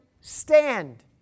stand